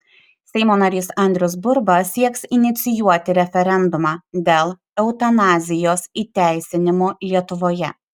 seimo narys andrius burba sieks inicijuoti referendumą dėl eutanazijos įteisinimo lietuvoje